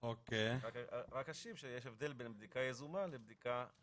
אין סיבה שהוא ישקול את המידע הזה.